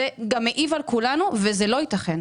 זה גם מעיב על כולנו וזה לא יתכן.